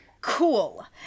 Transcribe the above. Cool